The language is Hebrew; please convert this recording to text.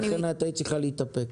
ולכן היית צריכה להתאפק.